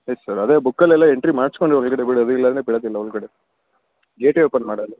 ಆಯ್ತು ಸರ್ ಅದೇ ಬುಕ್ಕಲ್ಲಿ ಎಲ್ಲ ಎಂಟ್ರಿ ಮಾಡಿಸ್ಕೊಂಡೇ ಒಳಗಡೆ ಬಿಡೋದು ಇಲ್ಲಾಂದರೆ ಬಿಡೋದಿಲ್ಲ ಒಳಗಡೆ ಗೇಟೇ ಓಪನ್ ಮಾಡೋಲ್ಲ